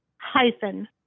hyphen